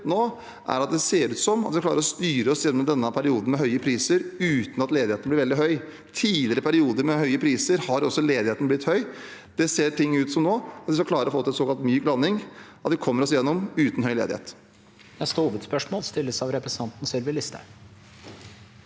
nå, er at det ser ut som at vi klarer å styre oss gjennom denne perioden med høye priser uten at ledigheten blir veldig høy. I tidligere perioder med høye priser har også ledigheten blitt høy. Nå ser det ut som vi skal klare å få til en såkalt myk landing – at vi kommer oss gjennom uten høy ledighet.